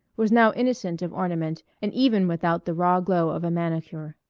was now innocent of ornament and even without the raw glow of a manicure.